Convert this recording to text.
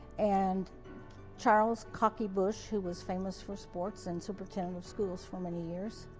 and charles cocky bush, who was famous for sports and superintendent of schools for many years.